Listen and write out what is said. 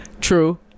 True